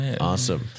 awesome